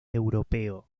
europeo